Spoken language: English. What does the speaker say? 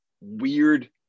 weird